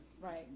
Right